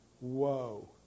Whoa